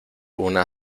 una